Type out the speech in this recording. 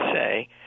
say